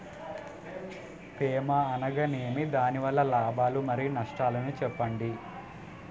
తేమ అనగానేమి? దాని వల్ల లాభాలు మరియు నష్టాలను చెప్పండి?